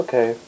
Okay